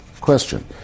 question